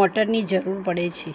મોટરની જરૂર પડે છે